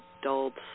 adults